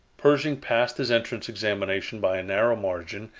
pershing passed his entrance examination by a narrow margin,